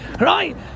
right